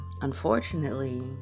unfortunately